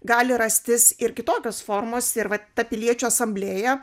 gali rastis ir kitokios formos ir vat ta piliečių asamblėja